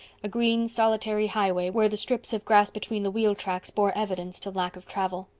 a green, solitary highway where the strips of grass between the wheel tracks bore evidence to lack of travel.